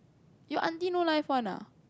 your aunty no life one ah